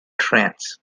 trance